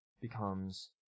becomes